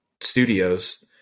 studios